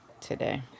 today